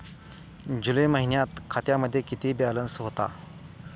जुलै महिन्यात खात्यामध्ये किती बॅलन्स होता?